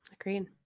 Agreed